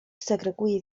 segreguję